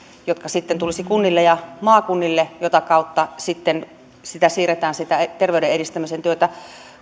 joka sitten tulisi kunnille ja maakunnille jota kautta sitten siirretään sitä terveyden edistämisen työtä